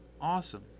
awesome